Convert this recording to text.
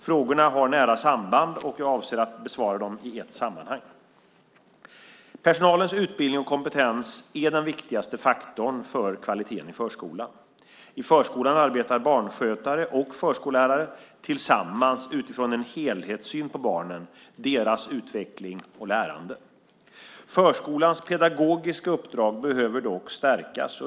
Frågorna har nära samband, och jag avser att besvara dem i ett sammanhang. Personalens utbildning och kompetens är den viktigaste faktorn för kvaliteten i förskolan. I förskolan arbetar barnskötare och förskollärare tillsammans utifrån en helhetssyn på barnen, deras utveckling och lärande. Förskolans pedagogiska uppdrag behöver dock stärkas.